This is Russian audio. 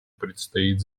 предстоит